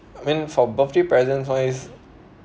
I mean for birthday presents wise